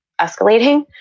escalating